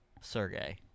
Sergey